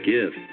Give